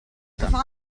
frutta